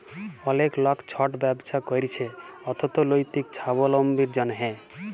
অলেক লক ছট ব্যবছা ক্যইরছে অথ্থলৈতিক ছাবলম্বীর জ্যনহে